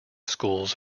schools